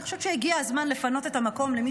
אני חושבת שהגיע הזמן לפנות את המקום למי